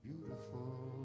beautiful